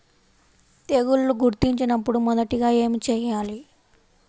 తెగుళ్లు గుర్తించినపుడు మొదటిగా ఏమి చేయాలి?